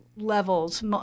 levels